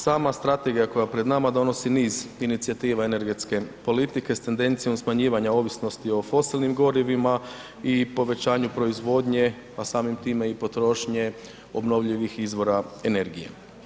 Sama strategija koja je pred nama donosi niz inicijativa energetske politike s tendencijom smanjivanja ovisnosti o fosilnim gorivima i povećanju proizvodnje a samim time i potrošnje obnovljivih izvora energije.